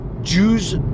jews